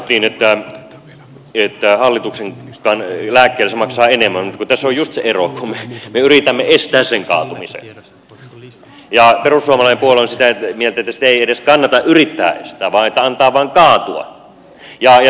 sanottiin että hallituksen lääkkeillä se maksaa enemmän mutta tässä on juuri se ero että me yritämme estää sen kaatumisen ja perussuomalainen puolue on sitä mieltä että sitä ei edes kannata yrittää estää vaan antaa vaan kaatua